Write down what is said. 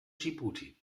dschibuti